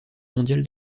mondial